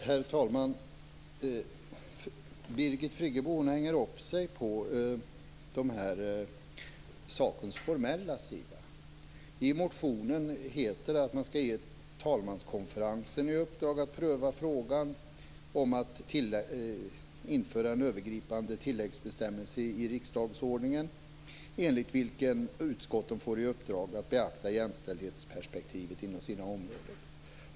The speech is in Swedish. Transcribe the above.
Herr talman! Birgit Friggebo hänger upp sig på sakens formella sida. I motionen heter det att man skall ge talmanskonferensen i uppdrag att pröva frågan om att införa en övergripande tilläggsbestämmelse i riksdagsordningen enligt vilken utskotten får i uppdrag att beakta jämställdhetsperspektivet inom sina områden.